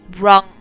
wrong